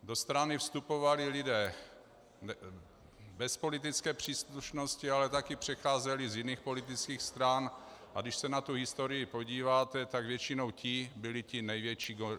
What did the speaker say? Do strany vstupovali lidé bez politické příslušnosti, ale také přecházeli z jiných politických stran, a když se na tu historii podíváte, tak většinou ti byli ti největší goliáši.